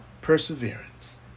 perseverance